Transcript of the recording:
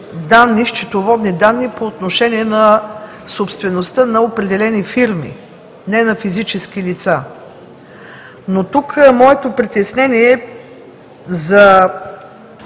занижените счетоводни данни по отношение на собствеността на определени фирми, не на физически лица. Но тук моето притеснение е